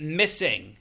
missing